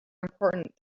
important